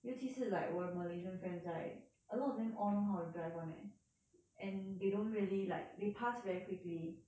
尤其是 like 我的 malaysian friends right a lot of them all know how to drive [one] eh and they don't really like they pass very quickly